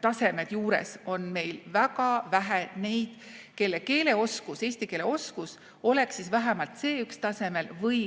tasemed juures – on meil väga vähe neid, kelle keeleoskus, eesti keele oskus oleks vähemalt C1‑tasemel või